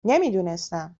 نمیدونستم